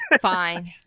Fine